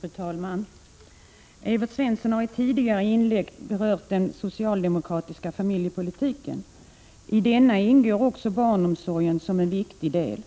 Fru talman! Evert Svensson har i ett tidigare inlägg berört den socialdemokratiska familjepolitiken. I denna ingår barnomsorgen som en viktig del.